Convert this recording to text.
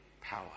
power